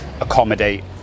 accommodate